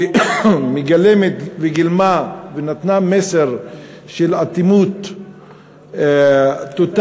שמגלמת וגילמה ונתנה מסר של אטימות טוטלית